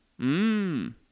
Mmm